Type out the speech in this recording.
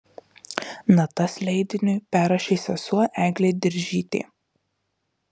natas leidiniui perrašė sesuo eglė diržytė